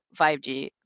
5G